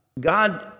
God